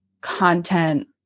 content